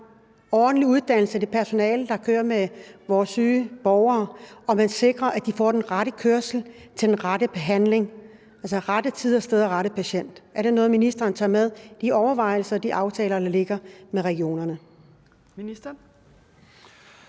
ordentlig uddannelse af det personale, der kører med vores syge borgere – at man sikrer, at de borgere får den rette kørsel til den rette behandling, altså rette tid og sted og rette patient. Er det noget, ministeren tager med i sine overvejelser af de aftaler, der ligger med regionerne?